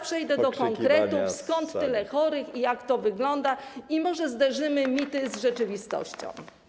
Przejdę teraz do konkretów, skąd tylu chorych i jak to wygląda, i może zderzymy mity z rzeczywistością.